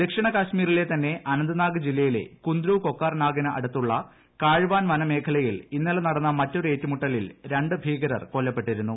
ദക്ഷിണ കാശ്മീരിലെ തന്നെ അനന്ത്നാഗ് ജില്ലയിലെ കുന്ദ്രു കൊക്കർനാഗിന് അടുത്തുള്ള കാഴ്ച്ചർൻ വനമേഖലയിൽ ഇന്നലെ നടന്ന മറ്റൊരു ഏറ്റുമുട്ടലിൽ രണ്ട് ഭീകരർ കൊല്ലപ്പെട്ടിരുന്നു